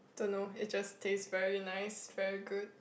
don't know it just taste very nice very good